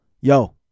Yo